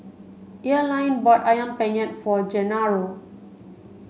Earline bought Ayam Penyet for Gennaro